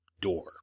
door